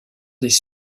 des